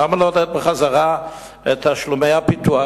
למה לא לעודד החזרה של תשלומי הפיתוח,